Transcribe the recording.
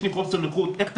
לא עוצרים בן אדם כשהוא